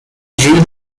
read